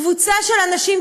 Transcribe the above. קבוצה של אנשים,